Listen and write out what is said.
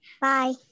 Bye